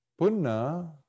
Punna